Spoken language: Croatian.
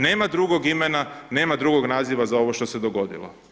Nema drugog imena, nema drugog naziva za ovo što se dogodilo.